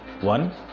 one